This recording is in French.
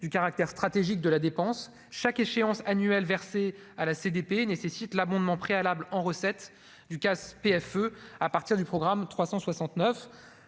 du caractère stratégique de la dépense, chaque échéance annuelle versée à la CDP nécessite l'abondement préalables en recettes du CAS PFE à partir du programme 369